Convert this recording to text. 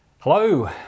Hello